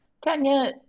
Tanya